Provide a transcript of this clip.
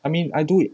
I mean I do it